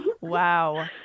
Wow